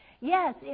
Yes